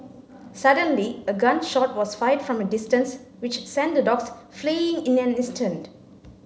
suddenly a gun shot was fired from a distance which sent the dogs fleeing in an instant